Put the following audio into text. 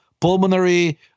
pulmonary